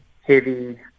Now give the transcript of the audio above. heavy